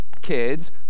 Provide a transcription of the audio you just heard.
kids